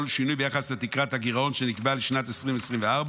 שינוי ביחס לתקרת הגירעון שנקבעה לשנת 2024,